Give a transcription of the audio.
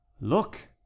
look